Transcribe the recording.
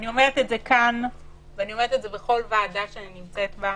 אני אומרת את זה כאן ואני אומרת את זה בכל ועדה שאני נמצאת בה: